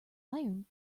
iron